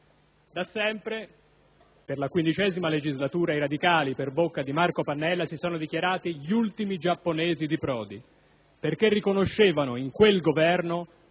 Da sempre, per la XV legislatura, i radicali, per bocca di Marco Pannella, si sono dichiarati gli «ultimi giapponesi di Prodi», perché riconoscevano in quel Governo